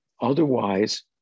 Otherwise